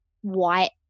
white